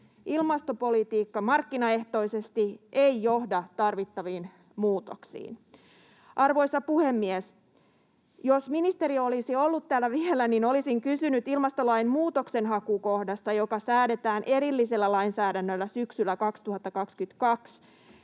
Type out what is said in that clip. Ilmastopolitiikka markkinaehtoisesti ei johda tarvittaviin muutoksiin. Arvoisa puhemies! Jos ministeri olisi ollut vielä täällä, niin olisin kysynyt ilmastolain muutoksenhakukohdasta, joka säädetään erillisellä lainsäädännöllä syksyllä 2022.